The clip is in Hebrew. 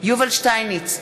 יובל שטייניץ,